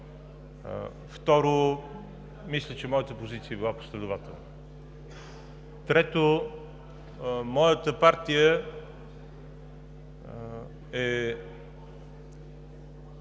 Второ, мисля, че моята позиция е била последователна. Трето, моята партия е